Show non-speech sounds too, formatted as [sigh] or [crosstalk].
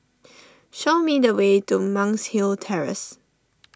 [noise] show me the way to Monk's Hill Terrace